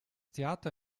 theater